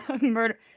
murder